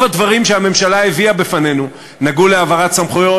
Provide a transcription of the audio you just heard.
הדברים שהממשלה הביאה בפנינו נגעו בהעברת סמכויות.